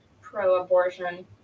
pro-abortion